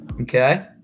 Okay